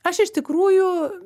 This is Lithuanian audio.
aš iš tikrųjų